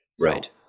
Right